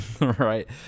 right